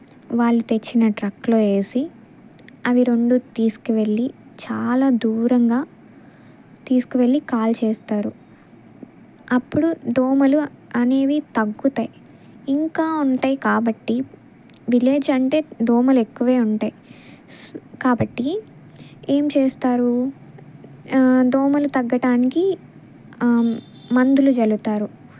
వాళ్ళు తెచ్చిన ట్రక్లో వేసి అవి రెండు తీసుకువెళ్ళి చాలా దూరంగా తీసుకువెళ్ళి కాల్చేస్తారు అప్పుడు దోమలు అనేవి తగ్గుతాయి ఇంకా ఉంటాయి కాబట్టి విలేజ్ అంటే దోమలు ఎక్కువే ఉంటాయి కాబట్టి ఏమి చేస్తారు దోమలు తగ్గడానికి మందులు జల్లుతారు